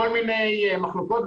כל מיני מחלוקות,